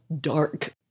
dark